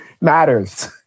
matters